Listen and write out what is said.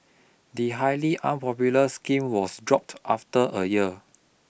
the highly unpopular scheme was dropped after a year